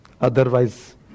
otherwise